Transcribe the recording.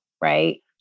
right